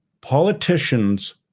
Politicians